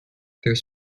there’s